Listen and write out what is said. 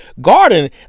garden